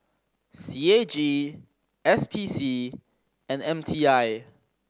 C A G S P C and M T I